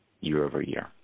year-over-year